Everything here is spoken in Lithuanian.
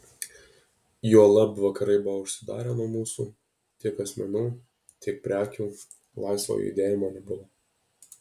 juolab vakarai buvo užsidarę nuo mūsų tiek asmenų tiek prekių laisvo judėjimo nebuvo